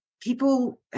people